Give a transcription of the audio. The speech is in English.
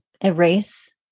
erase